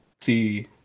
see